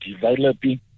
developing